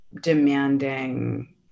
demanding